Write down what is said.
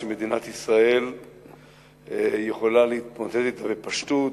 שמדינת ישראל יכולה להתמודד אתה בפשטות.